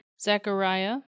Zechariah